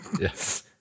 Yes